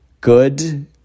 good